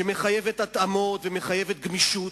שמחייבת התאמות ומחייבת גמישות.